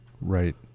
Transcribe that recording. right